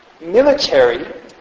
military